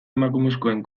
emakumezkoen